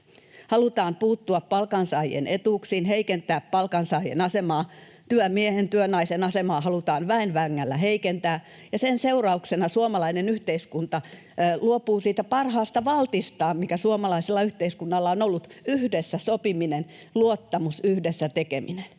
Halutaan puuttua palkansaajien etuuksiin, heikentää palkansaajien asemaa, työmiehen, työnaisen asemaa halutaan väen vängällä heikentää, ja sen seurauksena suomalainen yhteiskunta luopuu siitä parhaasta valtistaan, mikä suomalaisella yhteiskunnalla on ollut: yhdessä sopiminen, luottamus, yhdessä tekeminen.